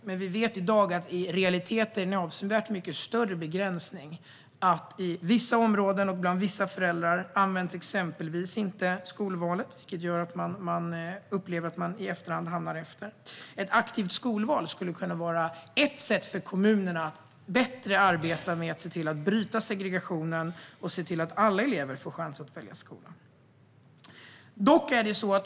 Men vi vet i dag att en avsevärt mycket större begränsning i realiteten är att exempelvis skolvalet inte används i vissa områden och bland vissa föräldrar. Det upplevs i efterhand som att man hamnar efter. Ett aktivt skolval skulle kunna vara ett sätt för kommunerna att bättre arbeta med att bryta segregationen och se till att alla elever får en chans att välja skola.